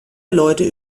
leute